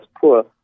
poor